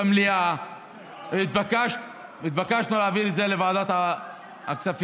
במליאה התבקשנו להעביר את זה לוועדת הכספים.